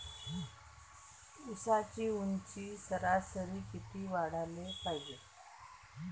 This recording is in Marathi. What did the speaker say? ऊसाची ऊंची सरासरी किती वाढाले पायजे?